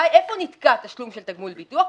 איפה נתקע התשלום של תגמול ביטוח?